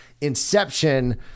inception